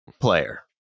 player